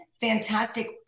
fantastic